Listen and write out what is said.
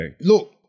Look